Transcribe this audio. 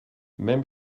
même